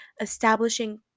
establishing